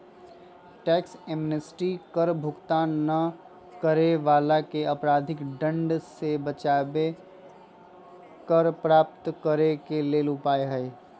tax amnesty कर भुगतान न करे वलाके अपराधिक दंड से बचाबे कर प्राप्त करेके लेल उपाय हइ